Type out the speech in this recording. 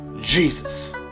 Jesus